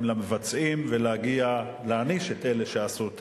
למבצעים ולהגיע להעניש את אלה שעשו את